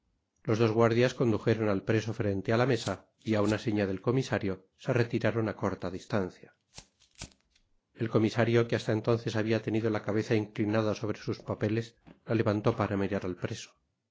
los dos guardias condujeron al preso frente la mesa y á una seña del comisario se retiraron á corta distancia el comisario que hasta entonces habia tenido la cabeza inclinada sobre sus papeles la levantó para mirar al preso